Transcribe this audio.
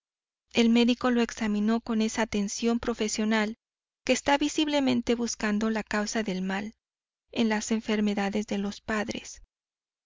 el médico lo examinó con esa atención profesional que está visiblemente buscando la causa del mal en las enfermedades de los padres